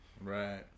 right